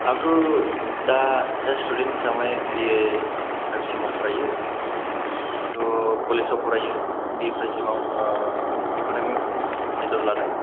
आंथ' दा सासे सिथुदेन्थ हिसाबै बे फाइब सेमाव फरायो आंथ' कलेजाव फरायो बे फाइब सेमाव ओह इख'न'मिक्स मेजर लादों